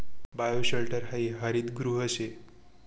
bioshelter हायी हरितगृह शे